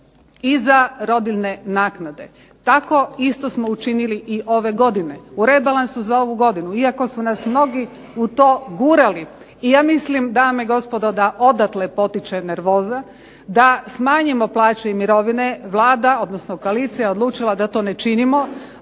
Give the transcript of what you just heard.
i za rodiljne naknade. Tako isto smo učinili i ove godine, u rebalansu za ovu godinu, iako su nas mnogi u to gurali i ja mislim dame i gospodo da odakle potiče nervoza, da smanjimo plaće i mirovine Vlada odnosno koalicija je odlučila da to ne činimo,